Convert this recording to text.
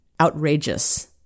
outrageous